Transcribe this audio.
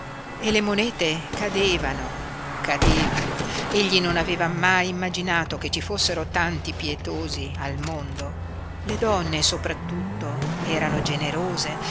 e le monete cadevano cadevano egli non aveva mai immaginato che ci fossero tanti pietosi al mondo le donne soprattutto erano generose